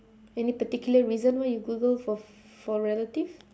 any particular reason why you google for for relative